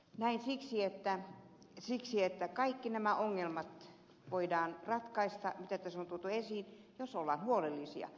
näin siksi että kaikki nämä ongelmat voidaan ratkaista mitä tässä on tuotu esiin jos ollaan huolellisia